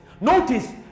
notice